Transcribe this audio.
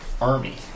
army